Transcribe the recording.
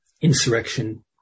insurrection